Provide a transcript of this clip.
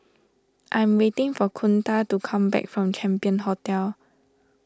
I'm waiting for Kunta to come back from Champion Hotel